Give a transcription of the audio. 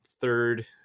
third